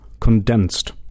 condensed